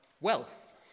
wealth